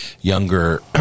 younger